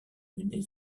menée